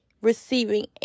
receiving